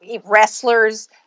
wrestlers